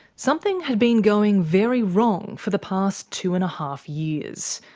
something had been going very wrong for the past two and a half years.